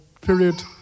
period